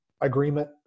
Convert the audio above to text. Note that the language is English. agreement